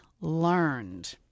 learned